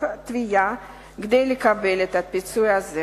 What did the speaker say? את הפיצוי הזה.